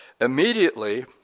Immediately